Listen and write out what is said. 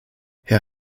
herr